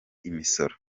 imisoro